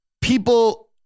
People